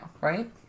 right